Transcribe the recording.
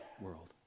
world